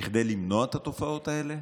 כדי למנוע את התופעות האלה